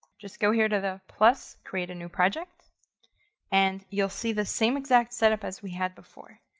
just go here to the plus, create a new project and you'll see the same exact setup as we had before.